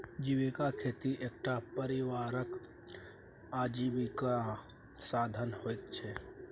जीविका खेती एकटा परिवारक आजीविकाक साधन होइत छै